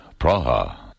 Praha